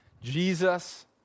Jesus